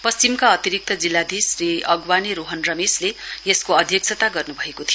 पश्चिमका अतिरिक्त जिल्लाधीश श्री अगवाने रोहन रमेशले यसको अध्यक्षता गर्नुभएको थियो